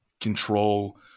control